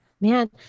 man